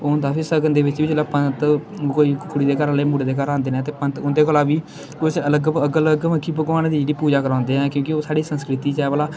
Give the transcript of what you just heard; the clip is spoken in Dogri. ओह् होंदा फ्ही सगन दे बिच्च बी जेल्लै पंत कोई कुड़ी दे घर आह्ले मुड़े दे घर औंदे न ते पंत उं'दे कोला बी कुछ अलग अलग मतलब कि भगवान दी जेह्ड़ी पूजा करवांदे ऐ क्योंकि ओह् साढ़ी संस्कृति च ऐ भला